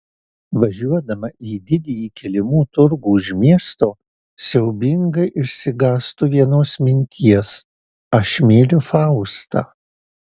važiuodama į didįjį kilimų turgų už miesto siaubingai išsigąstu vienos minties aš myliu faustą